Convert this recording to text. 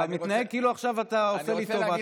אתה מתנהג כאילו אתה עושה לי טובה.